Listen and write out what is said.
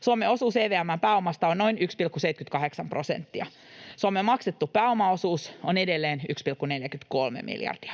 Suomen osuus EVM:n pääomasta on noin 1,78 prosenttia. Suomen maksettu pääomaosuus on edelleen 1,43 miljardia.